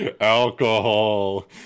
Alcohol